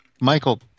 Michael